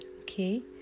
Okay